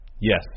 Yes